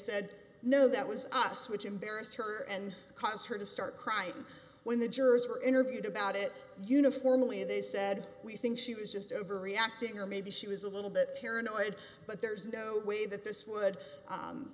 said no that was us which embarrassed her and cons her to start crying when the jurors were interviewed about it uniformly they said we think she was just overreacting or maybe she was a little bit paranoid but there's no way that this would